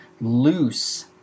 loose